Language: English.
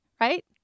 right